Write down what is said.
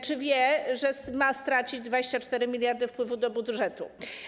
Czy wie, że ma stracić 24 mld wpływu do budżetu?